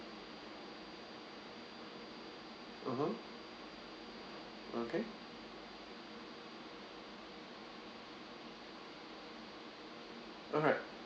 mmhmm okay alright